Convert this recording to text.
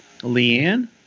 Leanne